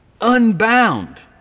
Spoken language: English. unbound